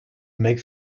make